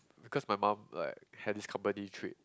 because my mum like had this company trip